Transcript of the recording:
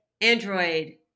Android